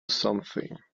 something